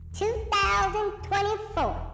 2024